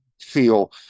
feel